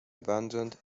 abandoned